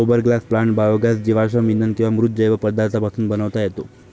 गोबर gas plant biogas जीवाश्म इंधन किंवा मृत जैव पदार्थांपासून बनवता येतो